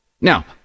Now